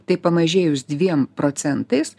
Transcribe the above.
tai pamažėjus dviem procentais